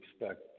expect